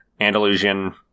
Andalusian